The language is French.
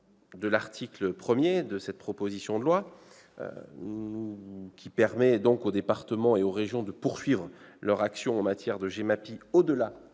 l'article 1 de la proposition de loi, qui permet aux départements et aux régions de poursuivre leur action en matière de GEMAPI au-delà